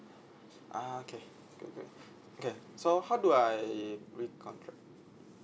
ah okay good good okay so how do I re-contract